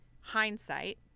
hindsight